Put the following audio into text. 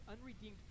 unredeemed